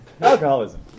Alcoholism